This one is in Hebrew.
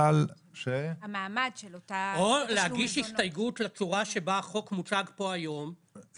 או להגיש הסתייגות לצורה שבה החוק מוצג פה היום,